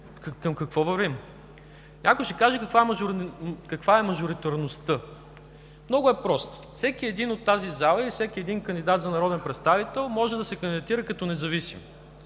какво вървим? Някой ще каже: каква е мажоритарността? Всеки един от тази зала и всеки един кандидат за народен представител може да се кандидатира като независим.